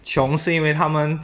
穷是因为他们